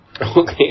Okay